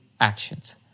actions